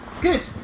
good